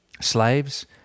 Slaves